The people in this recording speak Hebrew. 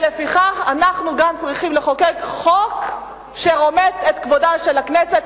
ולפיכך אנחנו גם צריכים לחוקק חוק שרומס את כבודה של הכנסת,